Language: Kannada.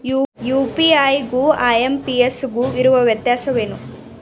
ಯು.ಪಿ.ಐ ಗು ಐ.ಎಂ.ಪಿ.ಎಸ್ ಗು ಇರುವ ವ್ಯತ್ಯಾಸವೇನು?